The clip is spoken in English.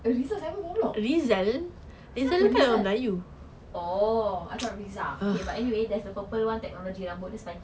rizal siapa bawah block siapa rizal oh I thought riza okay but anyway there's a purple one technology rambut dia spikey